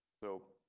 so.